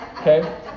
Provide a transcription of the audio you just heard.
okay